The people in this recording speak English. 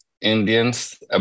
Indians